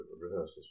rehearsals